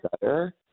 better